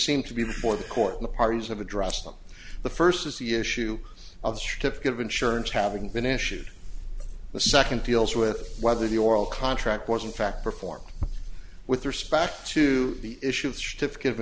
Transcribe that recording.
seem to be before the court the parties have addressed them the first is the issue of the certificate of insurance having been issued the second deals with whether the oral contract was in fact performed with respect to the issue of shift give